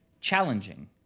challenging